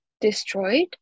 destroyed